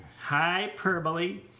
Hyperbole